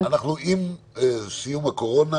אמרנו את זה --- לא צריך להתנצל,